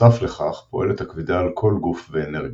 בנוסף לכך פועלת הכבידה על כל גוף ואנרגיה,